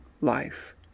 life